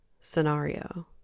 scenario